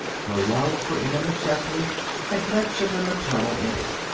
her love for emma mcchesney had much of the maternal in it.